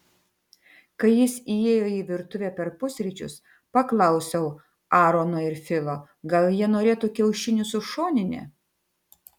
kai jis įėjo į virtuvę per pusryčius paklausiau aarono ir filo gal jie norėtų kiaušinių su šonine